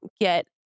get